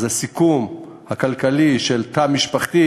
אז הסיכום הכלכלי של תא משפחתי